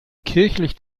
kirchlich